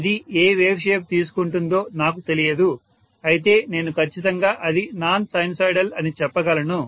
ఇది ఏ wave shape తీసుకుంటుందో నాకు తెలియదు అయితే నేను ఖచ్చితంగా అది నాన్ సైనుసోయిడల్ అని చెప్పగలను